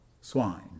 swine